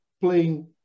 playing